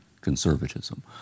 conservatism